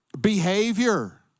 behavior